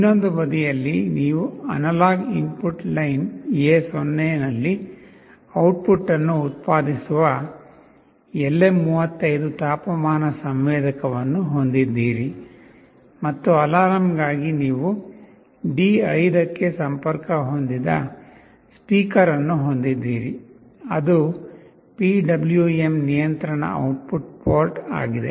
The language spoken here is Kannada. ಇನ್ನೊಂದು ಬದಿಯಲ್ಲಿ ನೀವು ಅನಲಾಗ್ ಇನ್ಪುಟ್ ಲೈನ್ A0 ನಲ್ಲಿ ಔಟ್ಪುಟ್ ಅನ್ನು ಉತ್ಪಾದಿಸುವ LM35 ತಾಪಮಾನ ಸಂವೇದಕವನ್ನು ಹೊಂದಿದ್ದೀರಿ ಮತ್ತು ಅಲಾರಾಂಗಾಗಿ ನೀವು D5 ಗೆ ಸಂಪರ್ಕ ಹೊಂದಿದ ಸ್ಪೀಕರ್ ಅನ್ನು ಹೊಂದಿದ್ದೀರಿ ಅದು PWM ನಿಯಂತ್ರಣ ಔಟ್ಪುಟ್ ಪೋರ್ಟ್ ಆಗಿದೆ